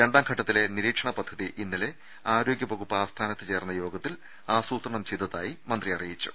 രണ്ടാംഘട്ടത്തിലെ നിരീക്ഷണ പദ്ധതി ഇന്നലെ ആരോഗ്യ വകുപ്പ് ആസ്ഥാനത്ത് ചേർന്ന യോഗത്തിൽ ആസൂത്രണം ചെയ്തതായി മന്ത്രി അറിയിച്ചു